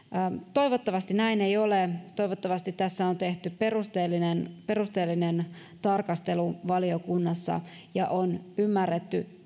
toivottavasti näin ei ole toivottavasti tässä on tehty perusteellinen perusteellinen tarkastelu valiokunnassa ja on ymmärretty